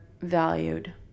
valued